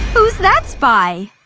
who's that spy?